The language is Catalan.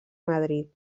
madrid